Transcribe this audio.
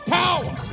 power